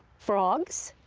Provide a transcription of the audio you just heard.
frogs,